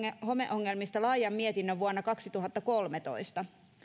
ja homeongelmista laajan mietinnön vuonna kaksituhattakolmetoista